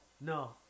No